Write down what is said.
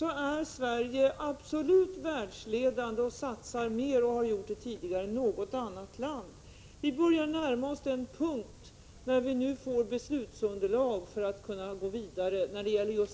är Sverige absolut världsledande, satsar mer och har gjort det tidigare än något annat land. Vi börjar närma oss den punkt när vi har beslutsunderlag för att kunna gå vidare med detta.